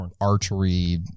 archery